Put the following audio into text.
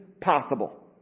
possible